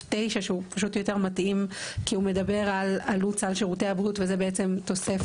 9 שהוא יותר מתאים כי הוא מדבר על עלות סל שירותי הבריאות וזו תוספת.